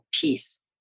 peace